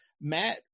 matt